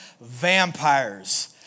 Vampires